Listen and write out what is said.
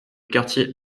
quartier